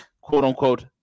quote-unquote